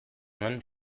nuen